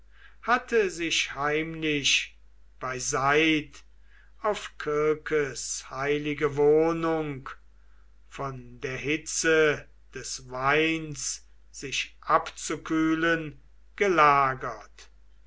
hatte sich heimlich beiseit auf kirkes heilige wohnung von der hitze des weins sich abzukühlen gelagert